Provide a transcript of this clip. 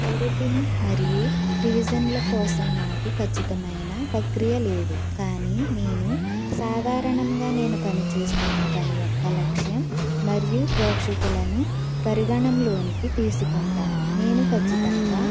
editing మరియు రివిజన్ల కోసం నాకు ఖచ్చితమైన ప్రక్రియ లేదు కానీ నేను సాధారణంగా నేను పని చేస్తున్న పని యొక్క లక్ష్యం మరియు ప్రేక్షకులను పరిగణంలోనికి తీసుకుంటారు నేను ఖచ్చితంగా